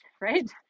right